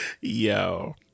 Yo